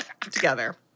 together